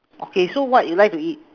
okay so what you like to eat